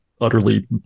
utterly